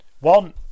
One